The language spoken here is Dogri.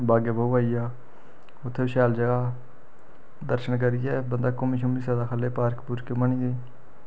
बागे ए बहु आई गेआ उत्थें बी शैल जगह् दर्शन करियै बंदा घूमी शूमी सकदा खल्लै गी पार्क पूरक बनी दे